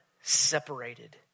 separated